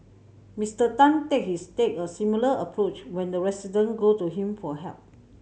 Mister Tan said he's take a similar approach when the resident go to him for help